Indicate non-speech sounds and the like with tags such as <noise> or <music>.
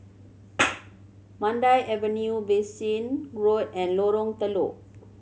<noise> Mandai Avenue Bassein Road and Lorong Telok